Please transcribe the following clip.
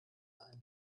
ein